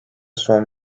son